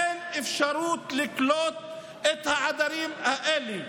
אין אפשרות לקלוט את העדרים האלה.